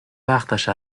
وقتش